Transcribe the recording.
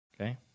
Okay